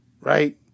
right